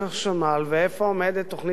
עומדת תוכנית ההבראה של חברת החשמל?